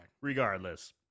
Regardless